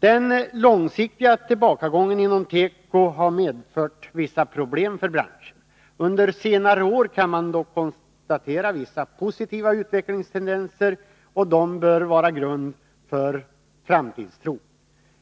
Den långsiktiga tillbakagången inom teko har medfört vissa problem för branschen. Under senare år kan man dock notera en del positiva utvecklingstendenser, som borde kunna utgöra grund för en framtidstro.